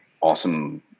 Awesome